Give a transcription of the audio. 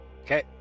Okay